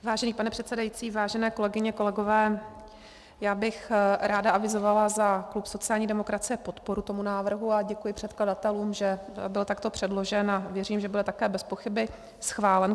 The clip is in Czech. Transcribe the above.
Vážený pane předsedající, vážené kolegyně, kolegové, já bych ráda avizovala za klub sociální demokracie podporu tomu návrhu a děkuji předkladatelům, že byl takto předložen, a věřím, že bude také bezpochyby schválen.